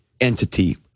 entity